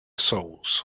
souls